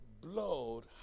blood